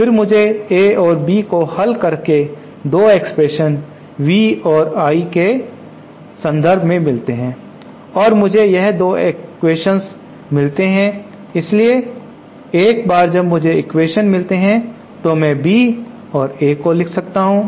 फिर मुझे A और B को हल करके 2 एक्सप्रेशन V और I के संदर्भ में मिलते हैं और मुझे यह 2 एक्वेशन मिलते हैं इसलिए एक बार जब मुझे एक्वेशन मिलते हैं तो मैं B और A को लिख सकता हूं